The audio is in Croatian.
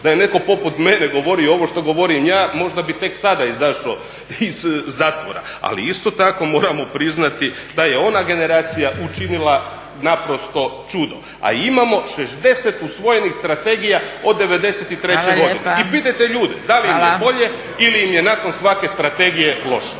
da je netko poput mene govorio ovo što govorim ja, možda bi tek sada izašao iz zatvora, ali isto tako moramo priznati da je ona generacija učinila naprosto čudo. A imamo 60 usvojenih strategija od '93. godine. I pitajte ljude, da li im je bolje ili im je nakon svake strategije loše.